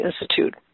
Institute